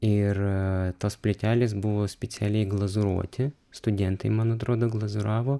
ir tos plytelės buvo specialiai glazūruoti studentai man atrodo glazūravo